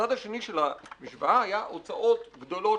הצד השני של המשווה היה הוצאות גדולות